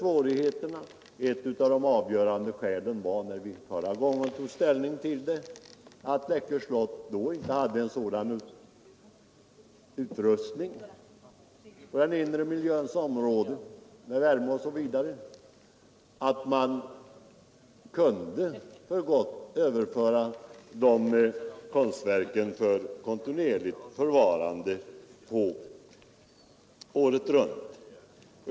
Och ett av de avgörande skälen var att när vi förra gången tog ställning till dessa frågor hade Läckö slott inte en sådan inomhusmiljö med värme och liknande att man kunde överföra konstverken dit för permanent förvaring året runt.